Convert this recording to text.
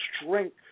strength